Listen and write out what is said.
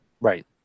right